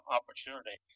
opportunity